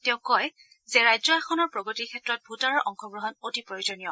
তেওঁ কয় যে ৰাজ্য এখনৰ প্ৰগতিৰ ক্ষেত্ৰত ভোটাৰৰ অংশগ্ৰহণ অতি প্ৰয়োজনীয়